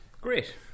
Great